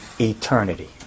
eternity